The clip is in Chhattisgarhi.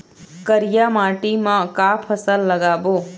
करिया माटी म का फसल लगाबो?